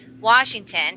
Washington